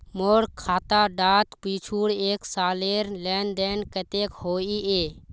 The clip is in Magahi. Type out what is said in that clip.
मोर खाता डात पिछुर एक सालेर लेन देन कतेक होइए?